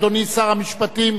אדוני שר המשפטים,